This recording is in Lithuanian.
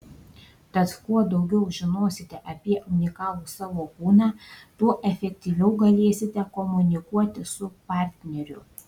tad kuo daugiau žinosite apie unikalų savo kūną tuo efektyviau galėsite komunikuoti su partneriu